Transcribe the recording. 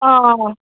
অঁ